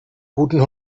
guten